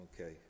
Okay